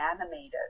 animated